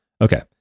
Okay